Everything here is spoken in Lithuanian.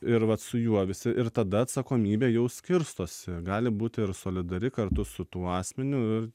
ir vat su juo visi ir tada atsakomybė jau skirstosi gali būti ir solidari kartu su tuo asmeniu ir